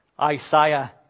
Isaiah